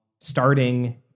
starting